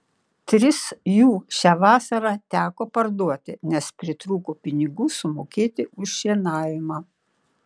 tris jų šią vasarą teko parduoti nes pritrūko pinigų sumokėti už šienavimą